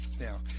now